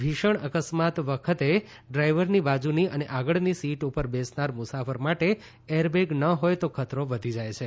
ભીષણ અકસ્માત વખતે ડ્રાયવરની બાજુની અને આગળની સીટ ઉપર બેસનાર મુસાફર માટે એરબેગ ન હોય તો ખતરો વધી જાય છે